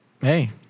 Hey